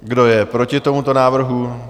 Kdo je proti tomuto návrhu?